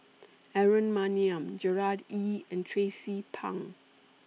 Aaron Maniam Gerard Ee and Tracie Pang